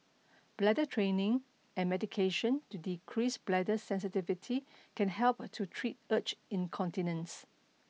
bladder training and medication to decrease bladder sensitivity can help to treat urge incontinence